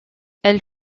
elle